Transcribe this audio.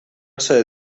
ser